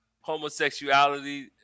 homosexuality